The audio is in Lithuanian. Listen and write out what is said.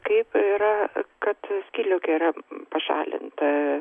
kaip yra kad skydliaukė yra pašalinta